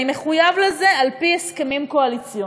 אני מחויב לזה על-פי הסכמים קואליציוניים.